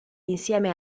insieme